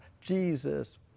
Jesus